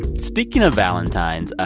speaking of valentines,